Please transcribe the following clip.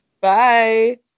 Bye